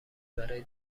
برای